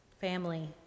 family